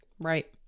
Right